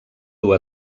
dur